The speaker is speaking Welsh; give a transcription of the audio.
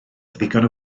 ddigon